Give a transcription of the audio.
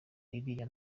iriya